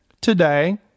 today